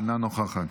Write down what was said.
אינה נוכחת,